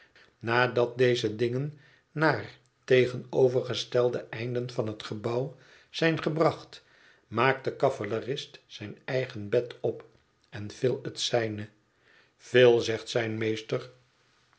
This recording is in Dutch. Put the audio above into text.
nadat deze dingen naar tegenovergestelde einden van het gebouw zijn gebracht maakt de cavalerist zijn eigen bed op en phïl het zijne phil zegt zijn meester